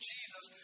Jesus